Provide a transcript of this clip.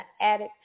attic